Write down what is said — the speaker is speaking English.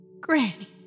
Granny